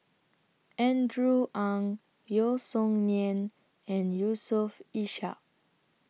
Andrew Ang Yeo Song Nian and Yusof Ishak